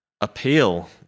Appeal